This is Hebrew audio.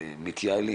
ומתייעלים